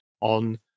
on